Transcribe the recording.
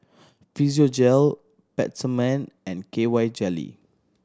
Physiogel Peptamen and K Y Jelly